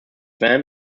van